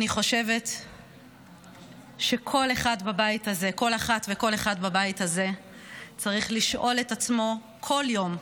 אני חושבת שכל אחת וכל אחד בבית הזה צריכים לשאול את עצמם בכל יום,